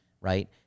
right